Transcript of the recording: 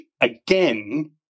again